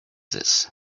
this